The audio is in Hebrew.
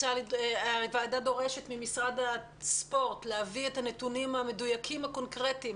הוועדה דורשת ממשרד הספורט להביא את הנתונים המדויקים הקונקרטיים,